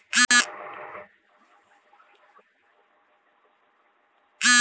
बेटी के पढ़ावें खातिर कौन योजना बा और ओ मे आवेदन कैसे दिहल जायी?